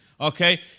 okay